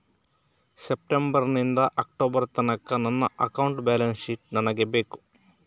September ನಿಂದ October ತನಕ ನನ್ನ ಅಕೌಂಟ್ ಬ್ಯಾಲೆನ್ಸ್ ಶೀಟ್ ನನಗೆ ಬೇಕು